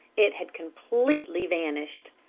it had completely vanished.